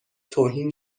توهین